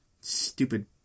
Stupid